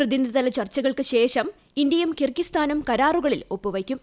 പ്രതിനിധിതല ചർച്ചുകൾക്ക് ശേഷം ഇന്ത്യയും കിർഗിസ്ഥാനും കരാറുകളിൽ ഒപ്പുവയ്ക്കും